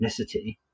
ethnicity